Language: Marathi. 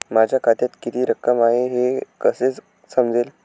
माझ्या खात्यात किती रक्कम आहे हे कसे समजेल?